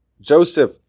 Joseph